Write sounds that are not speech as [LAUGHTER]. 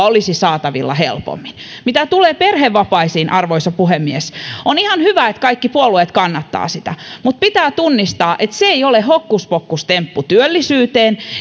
[UNINTELLIGIBLE] olisi saatavilla helpommin mitä tulee perhevapaaseen arvoisa puhemies niin on ihan hyvä että kaikki puolueet kannattavat sitä mutta pitää tunnistaa että se ei ole hokkuspokkustemppu työllisyyteen